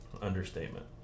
understatement